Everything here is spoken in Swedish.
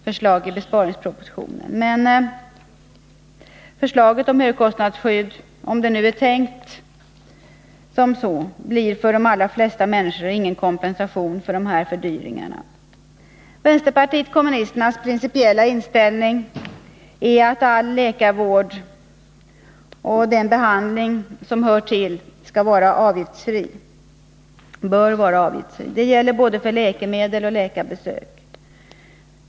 Förslaget om högkostnadsskydd blir nämligen ingen kompensation — om det nu var tänkt så — för fördyringarna. Vänsterpartiet kommunisternas principiella inställning är att all läkarvård bör vara avgiftsfri, och vi avser då även läkemedel och läkarbesök.